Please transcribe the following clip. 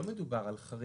להבנתי לא מדובר על חריג.